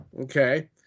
Okay